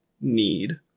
need